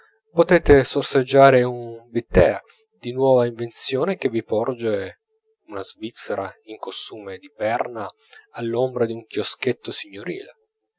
potete sorseggiare un bitter di nuova invenzione che vi porge una svizzera in costume di berna all'ombra d'un chioschetto signorile